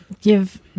give